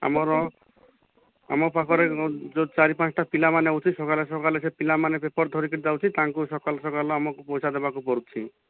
ଆମର ଆମ ପାଖରେ ଯେଉଁ ଚାରି ପାଞ୍ଚଟା ପିଲାମାନେ ଅଛି ସକାଲେ ସକାଲେ ସେ ପିଲାମାନେ ପେପର୍ ଧରିକି ଯାଉଛି ତାଙ୍କୁ ସକାଲୁ ସକାଲୁ ଆମକୁ ପଇସା ଦେବାକୁ ପଡ଼ୁଛି